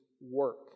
work